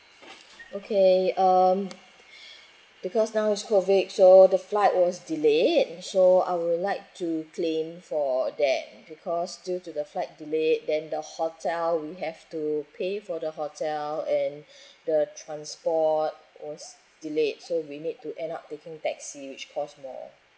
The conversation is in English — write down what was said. okay um because now is COVID so the flight was delayed and so I would like to claim for that because due to the flight delayed then the hotel we have to pay for the hotel and the transport was delayed so we need to end up taking taxi which cost more